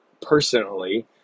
personally